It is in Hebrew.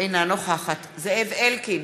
אינה נוכחת זאב אלקין,